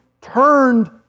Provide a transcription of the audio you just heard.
turned